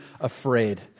afraid